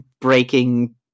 breaking